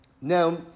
Now